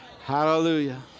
Hallelujah